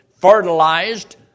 fertilized